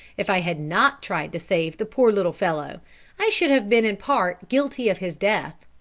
if i had not tried to save the poor little fellow i should have been in part guilty of his death.